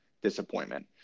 disappointment